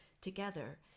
together